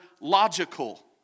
logical